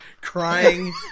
crying